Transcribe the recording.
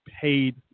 paid